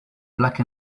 black